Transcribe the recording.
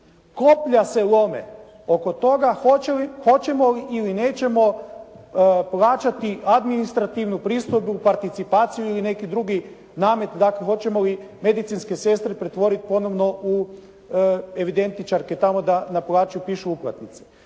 Koplja se lome oko toga hoćemo li ili nećemo plaćati administrativnu pristojbu, participaciju ili neki drugi namet dakle hoćemo li medicinske sestre pretvoriti ponovno u evidentičarke tamo da naplaćuju, pišu uplatnice.